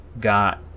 got